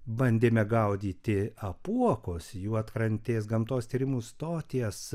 bandėme gaudyti apuokus juodkrantės gamtos tyrimų stoties